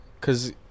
cause